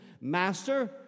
Master